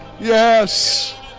Yes